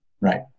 Right